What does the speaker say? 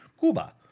Cuba